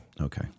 Okay